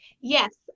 Yes